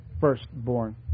firstborn